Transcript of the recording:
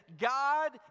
God